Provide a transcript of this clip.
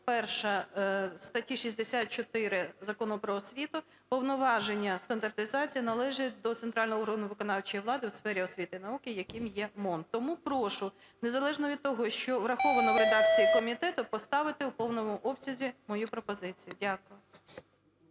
перша статті 64 Закону "Про освіту", повноваження стандартизації належать до центрального органу виконавчої влади у сфері освіти і науки, яким є МОН. Тому прошу, незалежно від того, що враховано в редакції комітету, поставити в повному обсязі мою пропозицію. Дякую.